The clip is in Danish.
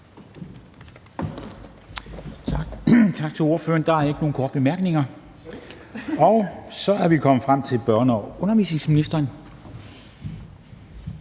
Tak til ordføreren. Der er ikke nogen korte bemærkninger. Så er vi kommet frem til børne- og undervisningsministeren.